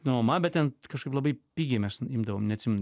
nuoma bet ten kažkaip labai pigiai mes imdavom neatsimenu